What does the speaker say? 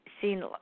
seen